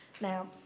Now